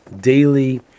daily